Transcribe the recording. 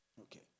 Okay